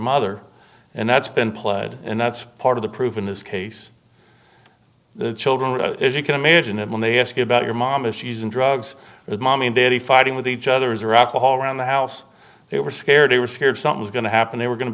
mother and that's been played and that's part of the proof in this case the children as you can imagine and when they ask you about your mom if she's in drugs with mommy and daddy fighting with each others or alcohol around the house they were scared they were scared something's going to happen they were going to